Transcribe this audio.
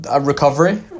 recovery